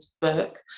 book